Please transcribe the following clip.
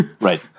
Right